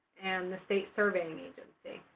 and the state surveying agency.